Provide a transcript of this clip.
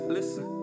Listen